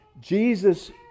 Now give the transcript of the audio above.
Jesus